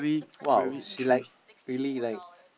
!wow! she like really like